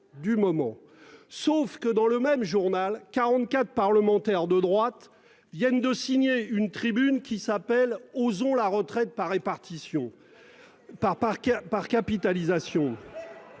du moment. Sauf que dans le même journal 44 parlementaires de droite viennent de signer une tribune qui s'appelle osons la retraite par répartition.